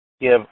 give